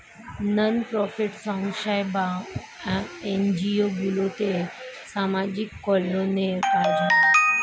নন profit সংস্থা বা NGO গুলোতে সামাজিক কল্যাণের কাজ হয়